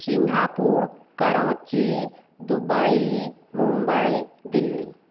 Singapore Karachi Dubai Mumbai Delhi